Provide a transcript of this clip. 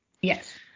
Yes